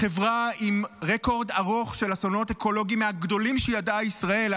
חברה עם רקורד ארוך של אסונות אקולוגיים מהגדולים שידעה ישראל: